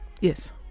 Yes